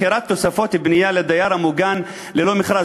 מכירת תוספות בנייה לדייר המוגן ללא מכרז,